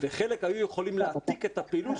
וחלק היו יכולים להעתיק את הפעילות